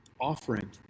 offering